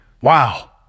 Wow